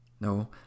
No